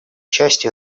частью